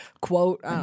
Quote